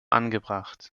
angebracht